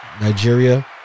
Nigeria